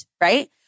right